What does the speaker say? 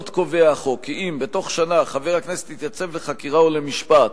עוד קובע החוק כי אם בתוך שנה חבר הכנסת יתייצב לחקירה או למשפט